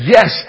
Yes